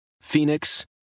Phoenix